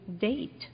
date